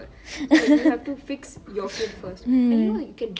mm